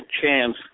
chance